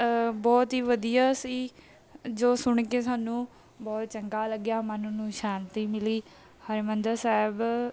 ਬਹੁਤ ਹੀ ਵਧੀਆ ਸੀ ਜੋ ਸੁਣ ਕੇ ਸਾਨੂੰ ਬਹੁਤ ਚੰਗਾ ਲੱਗਿਆ ਮਨ ਨੂੰ ਸ਼ਾਂਤੀ ਮਿਲੀ ਹਰਿਮੰਦਰ ਸਾਹਿਬ